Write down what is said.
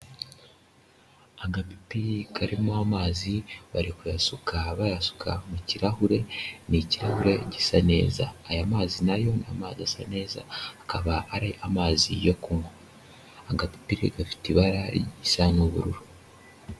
Agapipiri karimo amazi bari kuyasuka bayasuka mu kirahure, ni ikiyaga gisa neza, aya mazi nayo ni amazi asa neza, akaba ari amazi yo kunywa, agapipiri gafite ibara risa n'ubururu.